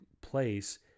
place